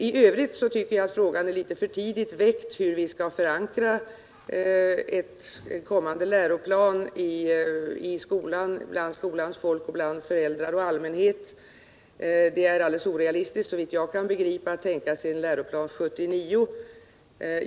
I övrigt tycker jag att frågan hur vi skall förankra en kommande läroplan bland skolans folk, föräldrar och allmänhet är litet för tidigt väckt. Såvitt jag kan begripa är det alldeles orealistiskt att tänka sig att hinna med en läroplan 79.